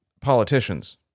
politicians